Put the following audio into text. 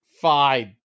five